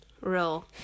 real